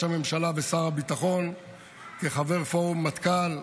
הממשלה ושר הביטחון כחבר פורום מטכ"ל,